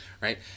right